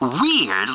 weird